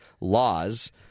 laws